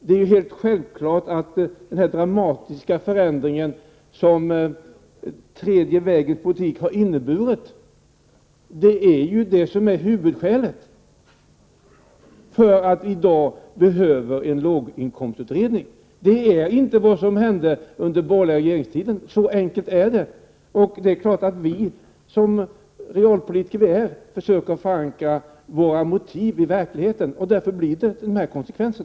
Det är självklart att huvudskälet till att vi i dag behöver en låginkomstutredning är den dramatiska förändring som den tredje vägens politik har inneburit. Det är inte vad som hände under den borgerliga regeringens tid. Så enkelt är det. Det är klart att vi som de realpolitiker vi är försöker förankra våra motiv i verkligheten. Därför blir det dessa konsekvenser.